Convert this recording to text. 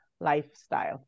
lifestyle